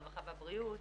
הרווחה והבריאות,